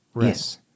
Yes